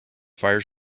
fire